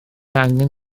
angen